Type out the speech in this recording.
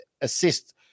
assist